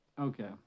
Okay